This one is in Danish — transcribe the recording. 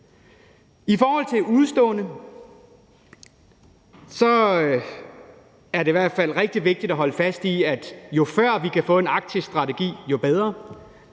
I forhold til udeståender er det i hvert fald rigtig vigtigt at holde fast i, at jo før vi kan få en arktisk strategi, jo bedre.